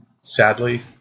sadly